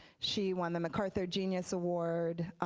she won the mccarther genius award.